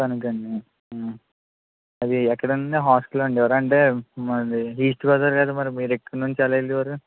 తణుకు అండి అది ఎక్కడండీ హాస్టల్ అండి ఎవరంటే మనది ఈస్ట్ గోదావరి కదా మరి మీరు ఇక్కడ నుండి ఎలా వెళ్ళే వారు